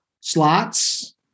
Slots